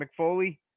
McFoley